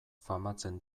famatzen